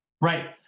Right